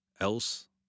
else